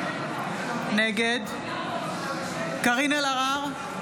נגד קארין אלהרר,